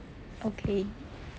okay